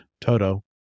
Toto